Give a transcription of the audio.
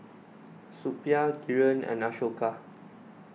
Suppiah Kiran and Ashoka